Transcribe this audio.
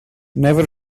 never